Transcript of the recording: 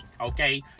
okay